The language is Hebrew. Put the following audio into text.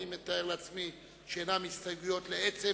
אני מתאר לעצמי שאינן הסתייגויות לעצם